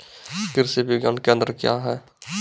कृषि विज्ञान केंद्र क्या हैं?